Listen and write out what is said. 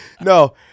No